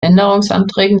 änderungsanträgen